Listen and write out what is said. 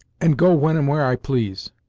and go when and where i please.